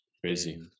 Crazy